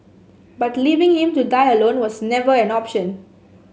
but leaving him to die alone was never an option